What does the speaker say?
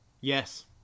Yes